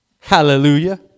Hallelujah